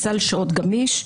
סל שעות גמיש,